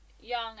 young